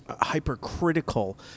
hypercritical